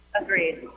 Agreed